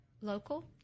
local